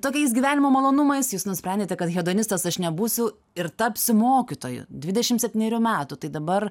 tokiais gyvenimo malonumais jūs nusprendėte kad hedonistas aš nebūsiu ir tapsiu mokytoju dvidešimt septynerių metų tai dabar